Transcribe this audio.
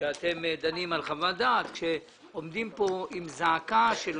כשאתם דנים על חוות דעת, כשעומדים כאן עם זעקה של